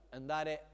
andare